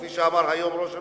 כפי שאמר היום ראש הממשלה,